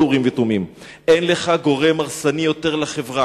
עוד אורים ותומים: אין לך גורם הרסני יותר לחברה